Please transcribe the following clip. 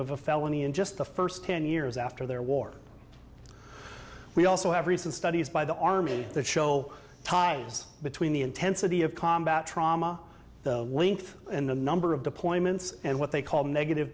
of a felony in just the first ten years after their war we also have recent studies by the army that show ties between the intensity of combat trauma the length and the number of deployments and what they call negative